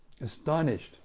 Astonished